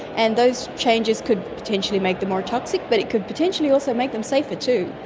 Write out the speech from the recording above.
and those changes could potentially make them more toxic but it could potentially also make them safer too.